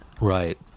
right